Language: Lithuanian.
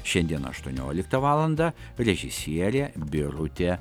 šiandien aštuonioliktą valandą režisierė birutė